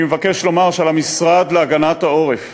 אני מבקש לומר שעל המשרד להגנת העורף